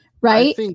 Right